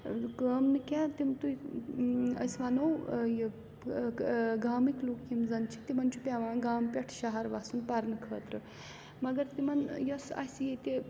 کٲم نہٕ کیٚنٛہہ تِم تُہۍ أسۍ وَنو یہِ گامٕکۍ لُکھ یِم زَن چھِ تِمَن چھُ پٮ۪وان گامہٕ پٮ۪ٹھ شَہر وَسُن پَرنہٕ خٲطرٕ مگر تِمن یۄس اَسہِ ییٚتہِ